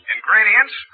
Ingredients